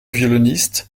violonistes